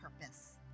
purpose